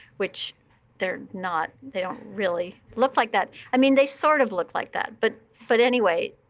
which they're not. they don't really look like that. i mean they sort of look like that. but but anyway,